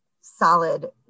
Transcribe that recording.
solid